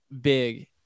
big